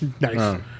nice